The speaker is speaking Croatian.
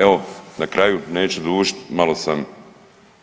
Evo, na kraju neću dužit malo sam